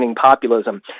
populism